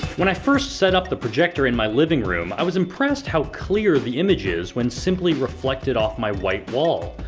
when i first set up the projector in my living room, i was impressed how clear the image is when simply reflected off my white wall.